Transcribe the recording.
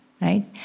right